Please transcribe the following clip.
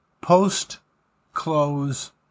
post-close